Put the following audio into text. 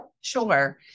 Sure